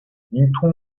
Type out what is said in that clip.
itron